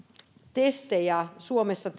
testejä tehdään suomessa